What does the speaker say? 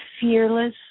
fearless